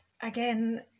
again